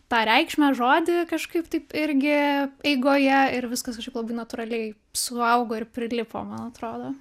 tą reikšmę žodį kažkaip taip irgi eigoje ir viskas kažkaip labai natūraliai suaugo ir prilipo man atrodo